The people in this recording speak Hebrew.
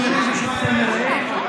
כל יום שאתה בכנסת הזאת זו בושה.